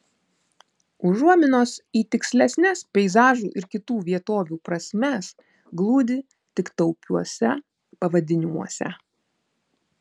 užuominos į tikslesnes peizažų ir kitų vietovių prasmes glūdi tik taupiuose pavadinimuose